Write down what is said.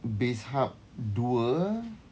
Bizhub dua